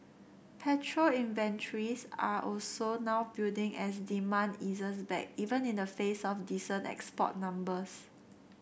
petrol inventories are also now building as demand eases back even in the face of decent export numbers